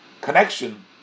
connection